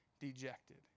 dejected